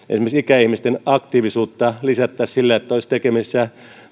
esimerkiksi ikäihmisten aktiivisuutta lisättäisiin sillä että he olisivat tekemisissä